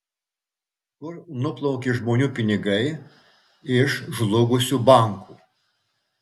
kur nuplaukė žmonių pinigai iš žlugusių bankų